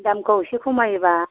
दामखौ एसे खमायोब्ला